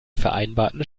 vereinbarten